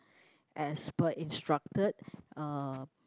as per instructed uh